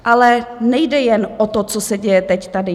Ale nejde jen o to, co se děje teď tady.